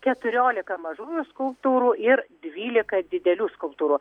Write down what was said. keturiolika mažųjų skulptūrų ir dvylika didelių skulptūrų